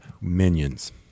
Minions